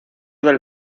del